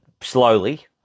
slowly